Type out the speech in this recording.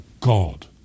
God